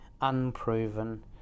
unproven